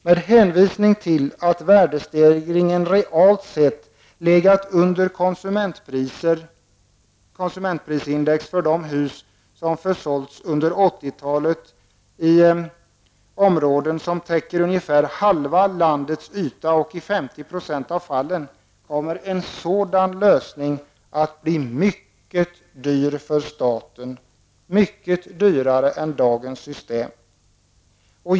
Med hänvisning till att värdestegringen realt sett legat under konsumentprisindex för de hus som försålts under 80-talet i områden som täcker ungefär halva landets yta och 50 % av fallen kommer en sådan lösning att bli mycket dyr för staten, dyrare än dagens system.